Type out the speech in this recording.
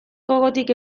gogotik